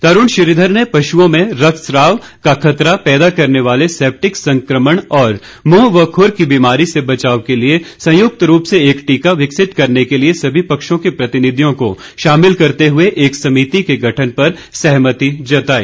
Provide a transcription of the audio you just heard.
तरूण श्रीघर ने पशुओं में रक्तस्राव का खतरा पैदा करने वाले सेप्टिक संक्रमण और मुंह व खुर की बीमारी से बचाव के लिए संयुक्त रूप से एक टीका विकसित करने के लिए समी पक्षों के प्रतिनिधियों को शामिल करते हुए एक समिति के गठन पर सहमति जताई